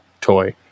toy